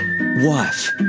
wife